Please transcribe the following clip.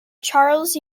charles